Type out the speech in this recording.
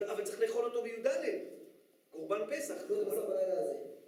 אבל צריך לאכול אותו ביא, קורבן פסח